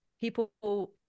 people